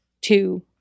two